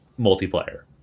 multiplayer